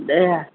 ए